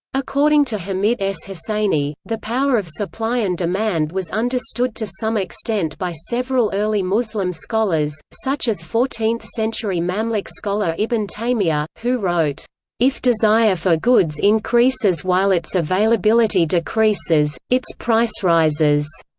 according to hamid s. hosseini, the power of supply and demand was understood to some extent by several early muslim scholars, such as fourteenth-century mamluk scholar ibn taymiyyah, who wrote if desire for goods increases while its availability decreases, its price rises.